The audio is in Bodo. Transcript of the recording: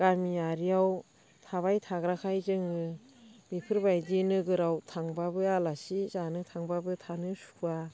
गामियारियाव थाबाय थाग्राखाय जोङो बेफोरबायदि नोगोराव थांबाबो आलासि जानो थांबाबो थानो सुखुवा